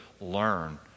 learn